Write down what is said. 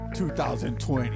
2020